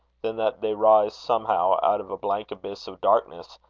than that they rise somehow out of a blank abyss of darkness,